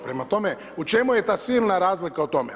Prema tome, u čemu je ta silna razlika u tome?